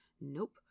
Nope